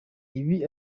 ibi